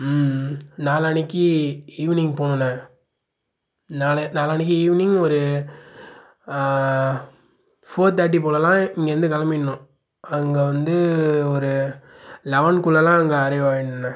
ம் நாளன்னைக்கி ஈவ்னிங் போகணுண்ண நாளை நாளன்னைக்கி ஈவ்னிங் ஒரு போஃர் தர்ட்டி போலலாம் இங்கேருந்து கிளம்பிட்ணும் அங்கே வந்து ஒரு லெவனுகுள்ளலாம் அங்கே அரைவ் ஆகிட்ணும்ண்ண